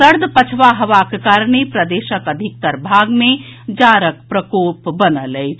सर्द पछवा हवाक कारणे प्रदेशक अधिकतर भाग मे जाड़क प्रकोप बनल अछि